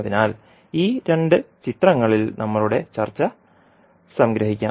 അതിനാൽ ഈ രണ്ട് ചിത്രങ്ങളിൽ നമ്മളുടെ ചർച്ച സംഗ്രഹിക്കാം